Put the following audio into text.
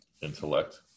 intellect